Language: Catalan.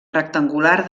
rectangular